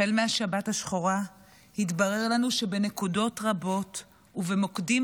החל מהשבת השחורה התברר לנו שבנקודות רבות ובמוקדים